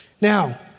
Now